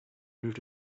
moved